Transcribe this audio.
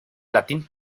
latín